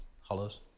Hollows